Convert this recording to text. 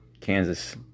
Kansas